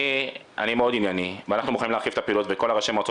אני מאוד ענייני ואנחנו מוכנים להרחיב את הפעילות וכל הראשי מועצות